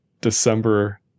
December